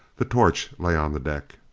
the torch lay on the deck.